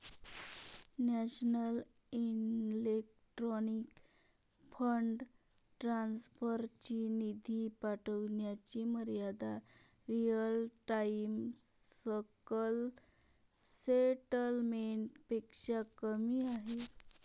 national electronic fund transfer ची निधी पाठविण्याची मर्यादा रिअल टाइम सकल सेटलमेंट पेक्षा कमी आहे